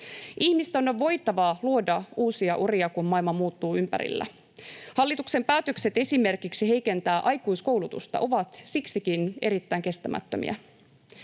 Ihmisten on voitava luoda uusia uria, kun maailma muuttuu ympärillä. Hallituksen päätökset esimerkiksi heikentää aikuiskoulutusta ovat siksikin erittäin kestämättömiä.